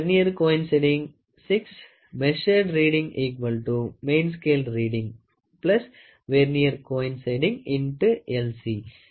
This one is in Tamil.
54 சென்டிமீட்டர் ஆகும்